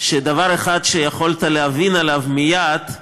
שדבר אחד שיכולת להבין עליו מייד,